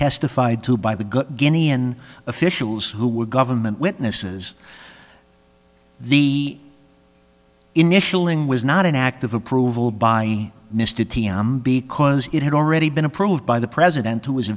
testified to by the good guinea and officials who were government witnesses the initialing was not an act of approval by mr t m because it had already been approved by the president who was a